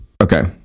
okay